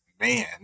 man